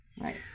Right